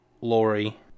Lori